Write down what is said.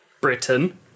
Britain